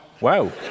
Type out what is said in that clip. Wow